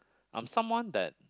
I'm someone that